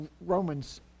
Romans